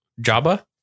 java